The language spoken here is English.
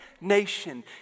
nation